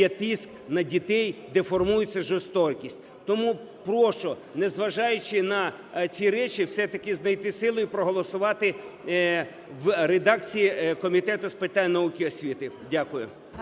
є тиск на дітей, де формується жорстокість. Тому прошу, незважаючи на ці речі, все-таки знайти сили і проголосувати в редакції Комітету з питань науки і освіти. Дякую.